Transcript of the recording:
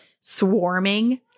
swarming